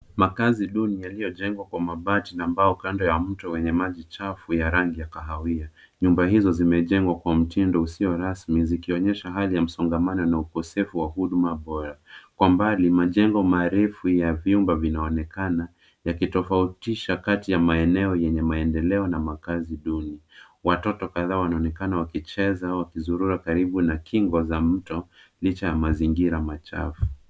Makazi duni yaliyojengwa Kwa mabati na mbao kando ya mto wenye maji chafu ya rangi ya kahawia. Nyumba hizi zimejengwa kwa mtindo usio rasmi zikionyesha hali ya msongamano na ukosefu wa huduma bora. Kwa mbali, majengo marefu yenye vyumba vinaonekana yakitofautisha kati ya maeneo yenye maendeleo na makazi duni. Watoto kadhaa wanaonekana wakicheza au wakizurura karibu na kingo za mto licha ya mazingira machafu.